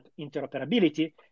interoperability